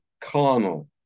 carnal